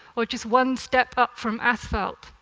or just one step up from asphalt.